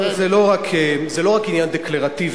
זה לא רק עניין דקלרטיבי.